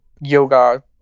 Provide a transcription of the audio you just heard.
yoga